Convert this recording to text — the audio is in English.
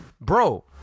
bro